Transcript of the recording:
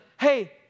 hey